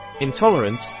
intolerance